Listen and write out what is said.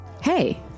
Hey